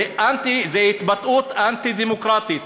זו התבטאות אנטי-דמוקרטית.